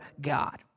God